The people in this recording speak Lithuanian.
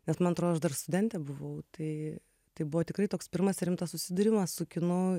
nes man atrodo aš dar studentė buvau tai tai buvo tikrai toks pirmas rimtas susidūrimas su kinu